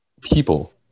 people